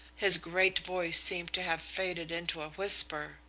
his great voice seemed to have faded into a whisper.